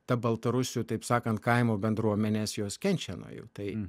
ta baltarusių taip sakant kaimo bendruomenės jos kenčia nuo jų tai